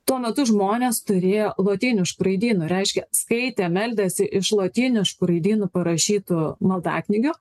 tuo metu žmonės turėjo lotynišku raidynu reiškia skaitė meldėsi iš lotynišku raidynu parašytų maldaknygių